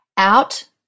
Out